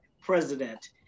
president